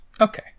Okay